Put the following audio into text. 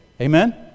Amen